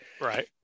Right